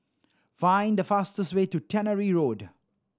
find the fastest way to Tannery Road